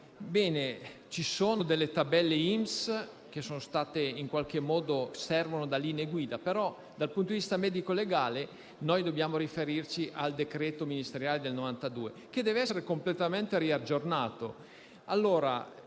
Ci sono delle tabelle INPS che servono da linee guida, però dal punto di vista medico-legale noi dobbiamo riferirci al decreto ministeriale 5 febbraio 1992 che deve essere completamente aggiornato.